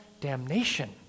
damnation